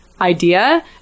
idea